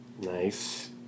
Nice